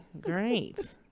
great